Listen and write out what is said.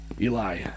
Eli